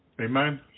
Amen